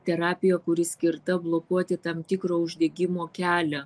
terapija kuri skirta blokuoti tam tikrą uždegimo kelią